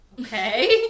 Okay